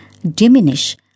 diminish